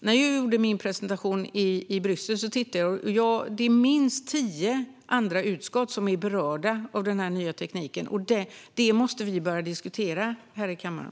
När jag gjorde min presentation i Bryssel såg jag att minst tio andra utskott är berörda av den nya tekniken, och detta måste vi börja diskutera här i kammaren.